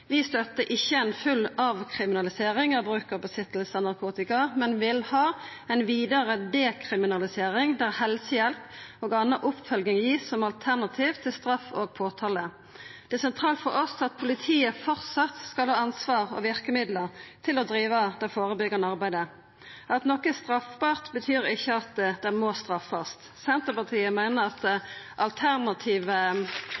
Vi støttar ikkje ei full avkriminalisering av bruk og innehav av narkotika, men vil ha ei vidare dekriminalisering, der helsehjelp og anna oppfølging vert gitt som alternativ til straff og påtale. Det er sentralt for oss at politiet framleis skal ha ansvaret for og verkemiddel til å driva det førebyggjande arbeidet. At noko er straffbart, betyr ikkje at det må straffast. Senterpartiet meiner